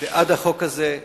בעד החוק הזה,